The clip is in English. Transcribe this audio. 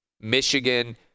Michigan